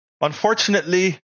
Unfortunately